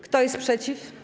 Kto jest przeciw?